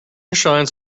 shines